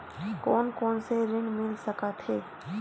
कोन कोन से ऋण मिल सकत हे?